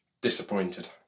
disappointed